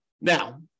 Now